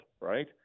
right